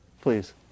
Please